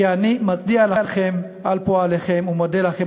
כי אני מצדיע לכם על פועלכם ומודה לכם